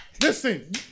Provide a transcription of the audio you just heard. Listen